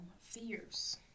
Fears